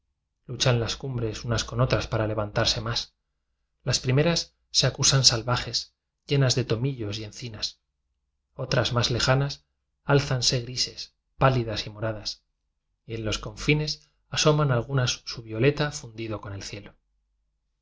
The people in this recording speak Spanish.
luchan las cumbres unas con otras para levantarse más las primeras se acusan salvajes lle nas de tomillos y encinas otras más leja nas álzanse grises pálidas y moradas y en los confines asoman algunas su violeta fundido con el cielo